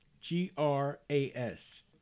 G-R-A-S